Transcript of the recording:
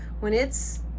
when it's